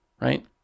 right